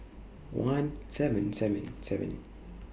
one seven seven seven